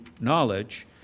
knowledge